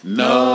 no